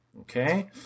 Okay